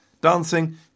Dancing